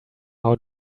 how